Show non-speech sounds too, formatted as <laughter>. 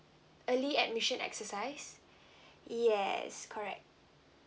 early admission exercise <breath> yes correct